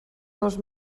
dos